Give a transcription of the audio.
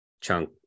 chunk